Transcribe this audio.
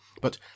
But